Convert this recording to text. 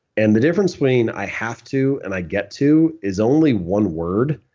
and the difference between i have to and i get to is only one word,